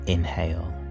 Inhale